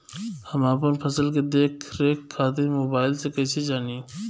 हम अपना फसल के देख रेख खातिर मोबाइल से कइसे जानी?